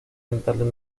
orientales